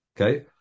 Okay